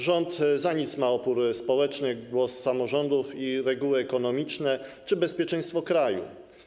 Rząd za nic ma opór społeczny, głos samorządów, reguły ekonomiczne czy bezpieczeństwo kraju.